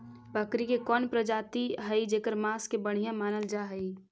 बकरी के कौन प्रजाति हई जेकर मांस के बढ़िया मानल जा हई?